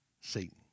Satan